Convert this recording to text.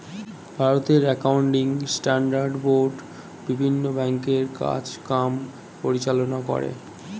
ভারতে accounting standard board বিভিন্ন ব্যাংকের কাজ কাম পরিচালনা করে